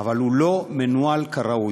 אבל הוא לא מנוהל כראוי,